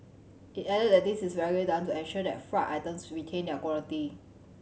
it added that this is regularly done to ensure that fried items retain their quality